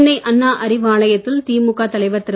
சென்னை அண்ணா அறிவாலயத்தில் திமுக தலைவர் திரு